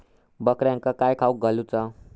बकऱ्यांका काय खावक घालूचा?